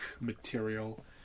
material